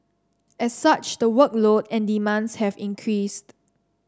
as such the workload and demands have increased